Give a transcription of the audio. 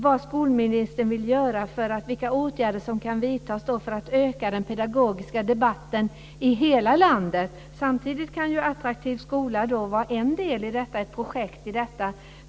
Jag undrar vilka åtgärder som kan vidtas för att öka den pedagogiska debatten i hela landet. Samtidigt kan projektet Attraktiv skola vara ett led i detta.